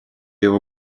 его